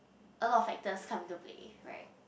a lot of factors come into play right